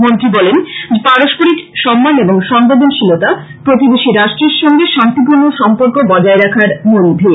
মন্ত্রী বলেন যে পারস্পরিক সম্মান এবং সংবেদনশীলতা প্রতিবেশী রাষ্ট্রের সঙ্গে শান্তিপূর্ণ সম্পর্ক বজায় রাখার মুলভীত